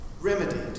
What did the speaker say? remedied